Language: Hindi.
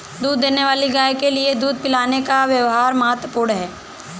दूध देने वाली गाय के लिए दूध पिलाने का व्यव्हार महत्वपूर्ण है